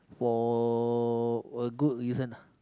for a good reason